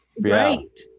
Right